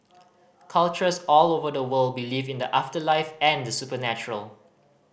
cultures all over the world believe in the afterlife and the supernatural